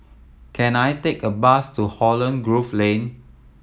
can I take a bus to Holland Grove Lane